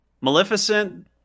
Maleficent